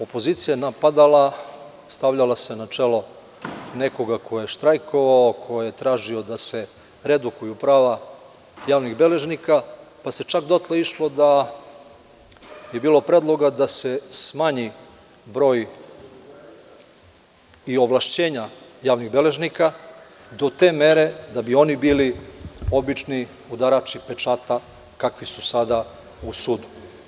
Opozicija je napadala, stavljala se na čelo nekoga ko je štrajkovao, ko je tražio da se redukuju prava javnih beležnika, pa se čak dotle išlo da je bilo predloga da se smanji broj i ovlašćenja javnih beležnika do te mere da bi oni bili obični udarači pečata kakvi su sada u sudu.